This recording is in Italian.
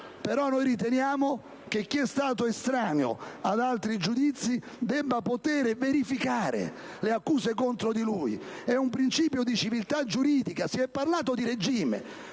Però noi riteniamo che chi è stato estraneo ad altri giudizi debba poter verificare le accuse contro di lui. È un principio di civiltà giuridica. Si è parlato di regime;